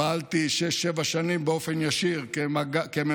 פעלתי שש או שבע שנים באופן ישיר כמ"פ,